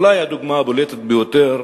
אולי הדוגמה הבולטת ביותר,